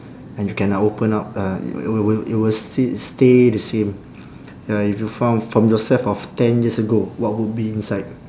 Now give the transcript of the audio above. and you can like open up uh it will will it will s~ stay the same ya if you found from yourself of ten years ago what would be inside